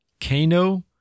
Kano